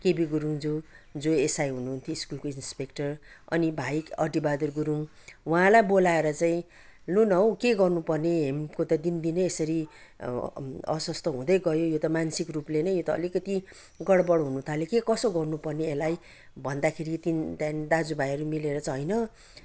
KB गुरुङज्यू जो S I हुनुहुन्थ्यो स्कुलको इन्सपेकटर अनि भाइ अढी बहादुर गुरुङ उहाँलाई बोलाएर चाहिँ लु न हौ के गर्नु पर्ने हेमको त दिनदिनै यसरी अस्वस्थ्य हुँदै गयो यो त मानसिक रूपले नै यो त अलिकति गडबड हुन थाल्यो के कसो गर्नु पर्ने यसलाई भन्दाखेरि त्यहाँदेखि दाजु भाइहरू मिलेर चाहिँ होइन